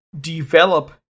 develop